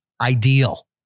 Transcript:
ideal